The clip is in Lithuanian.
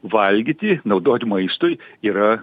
valgyti naudoti maistui yra